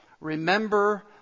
Remember